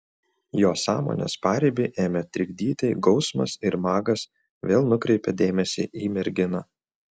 jo sąmonės paribį ėmė trikdyti gausmas ir magas vėl nukreipė dėmesį į merginą